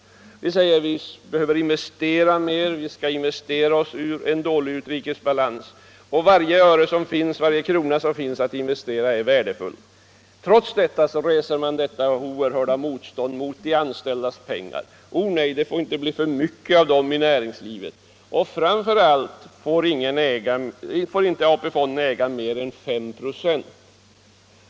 Vi behöver investera mer, vi skall investera oss ur en dålig utrikeshandelsbalans. Varje krona som finns att investera är värdefull. Trots detta reser moderaterna ett oerhört motstånd mot de anställdas pengar. — O nej, det får inte bli för mycket av dem i näringslivet, och framför allt får inte AP-fonderna äga mer än 5 96!